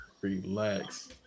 Relax